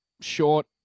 short